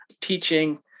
teaching